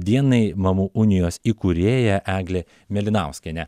dienai mamų unijos įkūrėja eglė mėlinauskienė